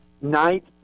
night